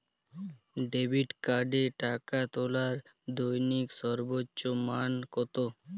Debit কার্ডে টাকা তোলার দৈনিক সর্বোচ্চ মান কতো?